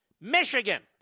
Michigan